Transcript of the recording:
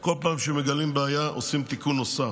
כל פעם שמגלים בעיה, עושים תיקון נוסף,